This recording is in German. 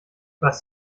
was